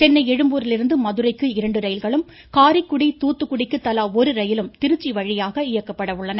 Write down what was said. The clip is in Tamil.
சென்னை எழும்பூலிருந்து மதுரைக்கு இரண்டு ரயில்களும் காரைக்குடி தூத்துக்குடிக்கு தலா ஒரு ரயிலும் திருச்சி வழியாக இயக்கப்பட உள்ளன